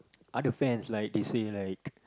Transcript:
other fans like they say like